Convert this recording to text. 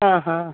ആ ഹാ